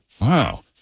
Wow